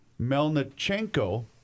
Melnichenko